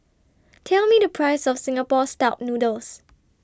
Tell Me The Price of Singapore Style Noodles